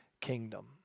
kingdom